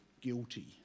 guilty